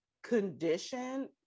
condition